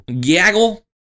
Gaggle